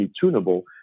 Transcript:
tunable